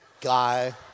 guy